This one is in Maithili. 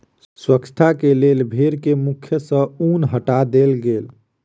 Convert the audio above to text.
स्वच्छता के लेल भेड़ के मुख सॅ ऊन हटा देल गेल